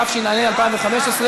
התשע"ה 2015,